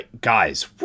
Guys